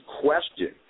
question